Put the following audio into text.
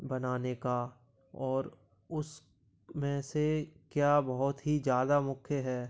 बनाने का और उसमें से क्या बहोत ही ज्यादा मुख्य है